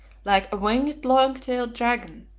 like a winged long-tailed dragon,